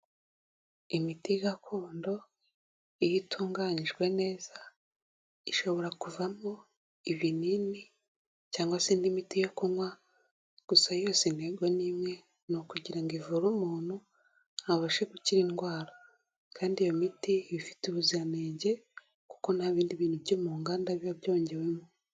Imiti gakondo iyo itunganyijwe neza ishobora kuvamo ibinini cyangwa se indi miti yo kunywa. Gusa yose intego ni imwe ni ukugira ngo ivure umuntu abashe gukira indwara. Kandi iyo miti ifite ubuziranenge kuko nta bindi bintu byo mu nganda biba byongewemo.